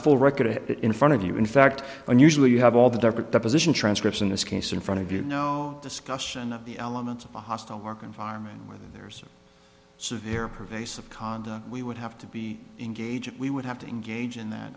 full record it in front of you in fact and usually you have all the different deposition transcripts in this case in front of you no discussion of the elements of a hostile work environment where there's severe pervasive conduct we would have to be engaged we would have to engage in that